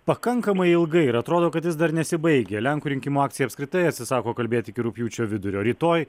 pakankamai ilgai ir atrodo kad jis dar nesibaigia lenkų rinkimų akcija apskritai atsisako kalbėti iki rugpjūčio vidurio rytoj